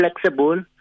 flexible